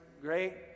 great